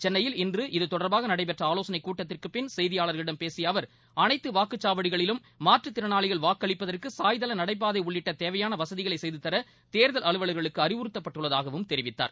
சென்னையில் இன்று இத்தொடர்பாக நடைபெற்ற ஆலோசனை கூட்டத்திற்கு பின் செய்தியாளர்களிடம் பேசிய அவர் அனைத்து வாக்குச்சாவடிகளிலும் மாற்றுத்திறனாளிகள் வாக்களிப்பதற்கு சாய்தள நடைபாதை உள்ளிட்ட தேவையான வசதிகளை செய்துதர தேர்தல் அலுவலர்களுக்கு அறிவுறத்தப்பட்டுள்ளதாகவும் தெரிவித்தார்